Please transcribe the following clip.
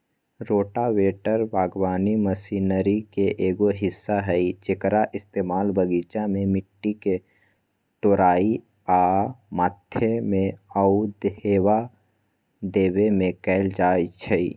rotavator बगवानी machinery के एगो हिस्सा हई जेक्कर इस्तेमाल बगीचा में मिट्टी के तोराई आ मथे में आउ हेंगा देबे में कएल जाई छई